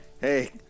Hey